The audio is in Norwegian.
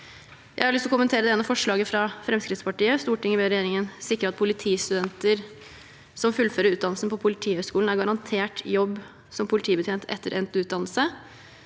til å kommentere det ene forslaget fra Fremskrittspartiet: «Stortinget ber regjeringen sikre at politistudenter som fullfører utdannelsen på Politihøgskolen, er garantert jobb som politibetjent etter endt utdannelse.»